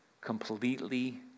completely